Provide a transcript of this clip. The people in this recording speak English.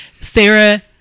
Sarah